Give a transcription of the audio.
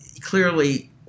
Clearly